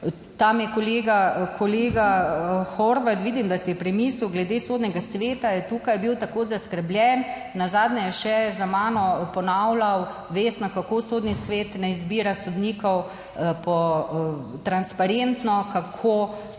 tam je kolega Horvat, vidim, da si je premislil, glede Sodnega sveta je tukaj bil tako zaskrbljen, nazadnje je še za mano ponavljal, Vesna, kako Sodni svet ne izbira sodnikov po transparentno, kako